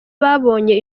babonye